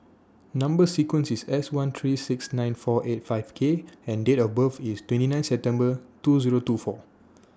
Number sequence IS S one three six nine four eight five K and Date of birth IS twenty nine September two Zero two four